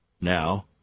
now